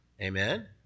Amen